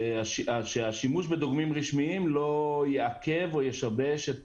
שהשימוש בדוגמים רשמיים לא יעכב או ישבש את